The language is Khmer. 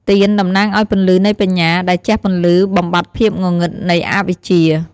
ទៀន តំណាងឱ្យពន្លឺនៃបញ្ញា ដែលជះពន្លឺបំបាត់ភាពងងឹតនៃអវិជ្ជា។